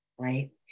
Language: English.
right